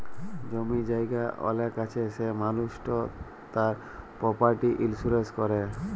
জমি জায়গা অলেক আছে সে মালুসট তার পরপার্টি ইলসুরেলস ক্যরে